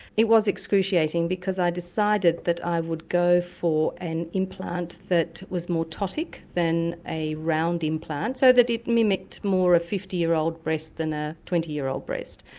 it was excruciating because i decided that i would go for an implant that was more ptotic than a round implant so that it mimicked more a fifty year old breast than a twenty year old breast.